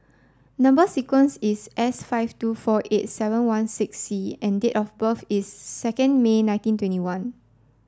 number sequence is S five two four eight seven one six C and date of birth is second May nineteen twenty one